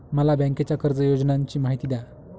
मला बँकेच्या कर्ज योजनांची माहिती द्या